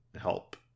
help